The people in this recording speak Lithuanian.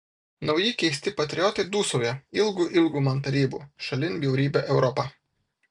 nauji keisti patriotai dūsauja ilgu ilgu man tarybų šalin bjaurybę europą